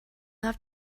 have